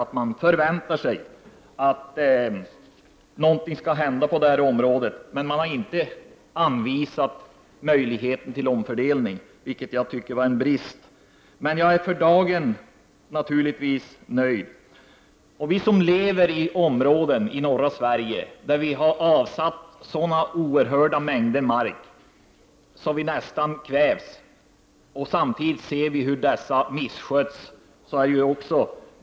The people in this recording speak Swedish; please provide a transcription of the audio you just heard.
Utskottet förväntar sig att någonting skall hända på detta område, men man har inte anvisat möjligheten till omfördelning, vilket jag anser vara en brist. Men för dagen är jag naturligtvis nöjd. Också för oss som lever i områden i norra Sverige är behovet väldigt starkt. Det har avsatts sådana oerhörda mängder mark att vi nästan kvävs, samtidigt som vi ser hur den missköts.